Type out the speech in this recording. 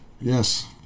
yes